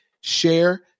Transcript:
share